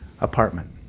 apartment